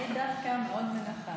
פעם היו שמים, אני דווקא מאוד נינוחה.